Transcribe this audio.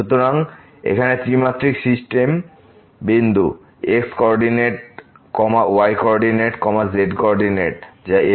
সুতরাং এখানে 3 মাত্রিক সিস্টেম বিন্দু x coordinate comma y coordinate এবং z কোঅরডিনেট যা fx y